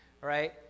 Right